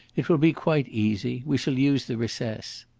it will be quite easy. we shall use the recess.